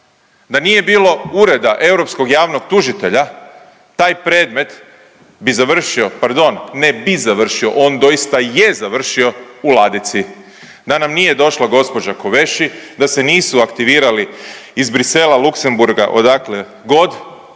da nije bilo Ureda europskog javnog tužitelja taj predmet bi završio, pardon, ne bi završio, on doista je završio u ladici. Da nam nije došla gđa. Kovesi, da se nisu aktivirali iz Brisela, Luksemburga, odakle god,